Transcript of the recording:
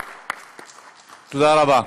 (מחיאות כפיים) תודה רבה.